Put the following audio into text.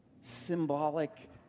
symbolic